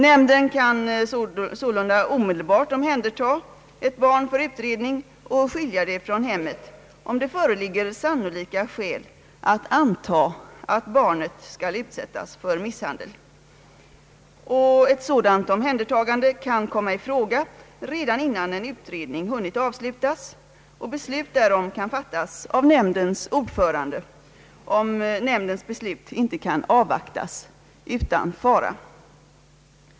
Nämnden kan sålunda omedelbart omhänderta ett barn för utredning och skilja det från hemmet, om det föreligger sannolika skäl att anta att barnet skall utsättas för misshandel. Ett sådant omhändertagande kan komma i fråga redan innan en utredning hunnit avslutas, och beslut därom kan fattas av nämndens ordförande, om nämndens beslut inte kan avvaktas utan fara.